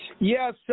Yes